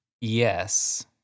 Yes